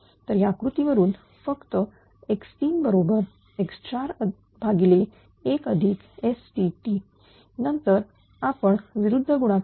तरी या कृतीवरून फक्त x3 बरोबर x4 1STt नंतर आपण विरुद्ध गुणाकार